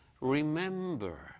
remember